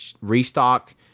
restock